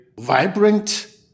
vibrant